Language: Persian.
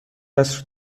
عصر